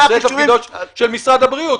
זה תפקידו של משרד הבריאות,